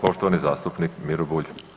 Poštovani zastupnik Miro Bulj.